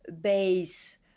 base